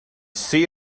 see